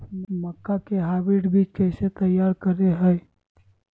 मक्का के हाइब्रिड बीज कैसे तैयार करय हैय?